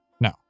No